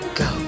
go